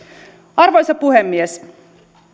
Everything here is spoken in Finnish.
arvoisa puhemies